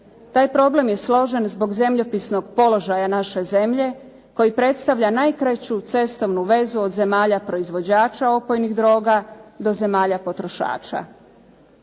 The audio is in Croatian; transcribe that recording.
Taj problem je složen zbog zemljopisnog položaja naše zemlje koji predstavlja najkraću cestovnu vezu od zemalja proizvođača opojnih droga do zemalja potrošača.